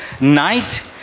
night